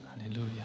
Hallelujah